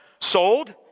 sold